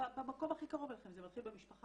במקום הכי קרוב אליכם זה מתחיל במשפחה,